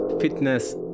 Fitness